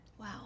Wow